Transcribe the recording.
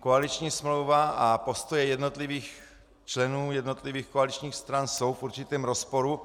koaliční smlouva a postoje jednotlivých členů jednotlivých koaličních stran jsou v určitém rozporu.